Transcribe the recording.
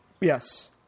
yes